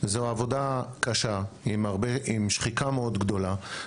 זו עבודה קשה עם שחיקה גדולה מאוד,